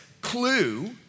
clue